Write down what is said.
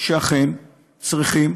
שאכן צריכים